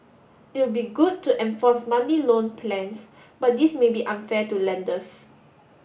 it'll be good to enforce monthly loan plans but this may be unfair to lenders